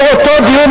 באותו דיון,